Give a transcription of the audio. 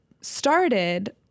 started